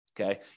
Okay